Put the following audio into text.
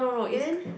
then